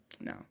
No